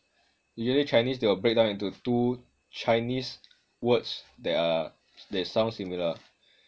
usually chinese they will break down into two chinese words that are that sound similar